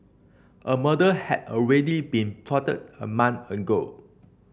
a murder had already been plotted a month ago